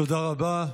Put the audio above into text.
תודה רבה.